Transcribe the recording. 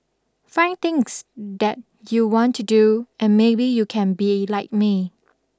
find things that you want to do and maybe you can be like me